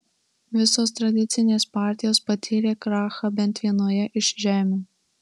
visos tradicinės partijos patyrė krachą bent vienoje iš žemių